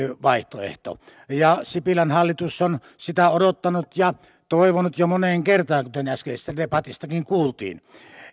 vaihtoehto ja sipilän hallitus on sitä odottanut ja toivonut jo moneen kertaan kuten äskeisestä debatistakin kuultiin